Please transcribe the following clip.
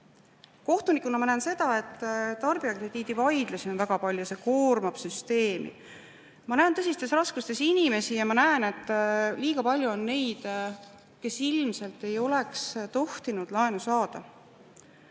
Kohtunikuna ma näen seda, et tarbijakrediidi vaidlusi on väga palju ja see koormab süsteemi. Ma näen tõsistes raskustes inimesi ja ma näen, et liiga palju on neid, kes ilmselt ei oleks tohtinud laenu saada.